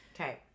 Okay